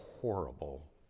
horrible